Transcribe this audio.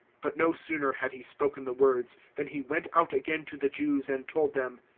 but no sooner had he spoken the words than he went out again to the jews and told them,